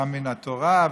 גם מן התורה,